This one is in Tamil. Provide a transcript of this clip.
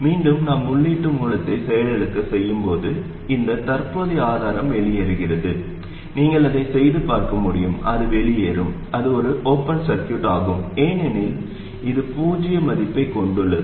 மீண்டும் நாம் உள்ளீட்டு மூலத்தை செயலிழக்கச் செய்யும் போது இந்த தற்போதைய ஆதாரம் வெளியேறுகிறது நீங்கள் அதை செய்து பார்க்க முடியும் அது வெளியேறும் அது ஒரு ஓபன் சர்கியூட் ஆகும் ஏனெனில் இது பூஜ்ஜிய மதிப்பைக் கொண்டுள்ளது